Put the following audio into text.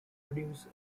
produce